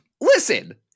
Listen